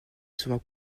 souvent